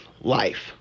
life